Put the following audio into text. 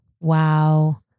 wow